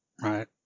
right